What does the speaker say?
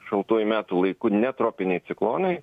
šaltuoju metų laiku ne tropiniai ciklonai